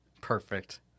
Perfect